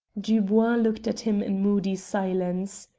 dubois looked at him in moody silence.